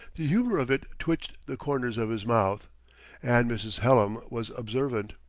the humor of it twitched the corners of his mouth and mrs. hallam was observant.